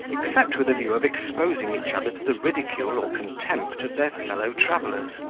except with a view of exposing each other to the ridicule or contempt of their fellow-travellers.